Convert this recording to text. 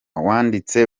wanditse